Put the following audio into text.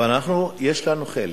אבל אנחנו, יש לנו חלק,